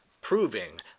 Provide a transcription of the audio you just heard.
proving